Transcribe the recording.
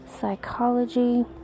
psychology